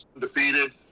Defeated